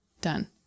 Done